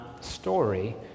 story